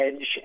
edge